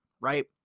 right